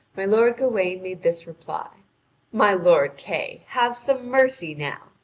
my lord gawain made this reply my lord kay, have some mercy now!